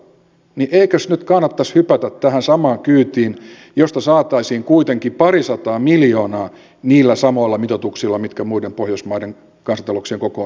niin eikös nyt kannattaisi hypätä tähän samaan kyytiin josta saataisiin kuitenkin pari sataa miljoonaa niillä samoilla mitoituksilla mitkä muiden pohjoismaiden kansantalouksien kokoon suhteutettuna on